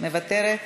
מוותרת,